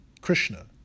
Krishna